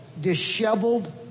disheveled